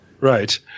Right